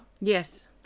Yes